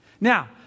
Now